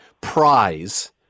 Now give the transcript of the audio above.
prize